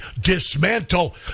Dismantle